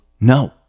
No